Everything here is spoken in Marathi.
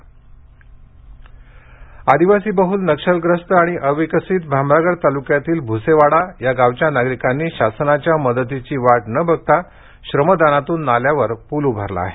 श्रमदानातन पल गडचिरोली आदिवासीबहूल नक्षलग्रस्त आणि अविकसित भामरागड तालुक्यातील भुसेवाडा या गावच्या नागरिकांनी शासनाच्या मदतीची वाट न बघता श्रमदानातून नाल्यावर पूल उभारला आहे